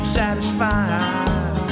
satisfied